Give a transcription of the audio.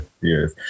yes